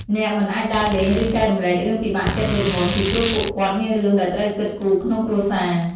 អ្នកមិនអាចដើរលេង ឬចែករំលែករឿងពិបាកចិត្តដូចមុន ពីព្រោះពួកគាត់មានរឿងដែលត្រូវគិតគូរក្នុងគ្រួសារ។